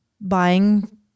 buying